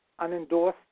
unendorsed